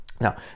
Now